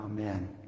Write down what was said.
Amen